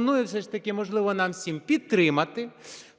пропоную все ж таки, можливо, нам всім підтримати